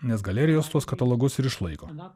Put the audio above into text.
nes galerijos tuos katalogus ir išlaiko